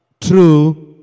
true